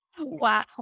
Wow